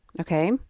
Okay